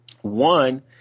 One